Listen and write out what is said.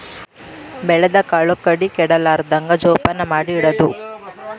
ಬೆಳದ ಕಾಳು ಕಡಿ ಕೆಡಲಾರ್ದಂಗ ಜೋಪಾನ ಮಾಡಿ ಇಡುದು